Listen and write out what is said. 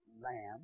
lamb